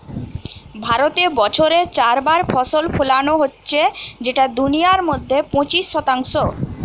ভারতে বছরে চার বার ফসল ফোলানো হচ্ছে যেটা দুনিয়ার মধ্যে পঁচিশ শতাংশ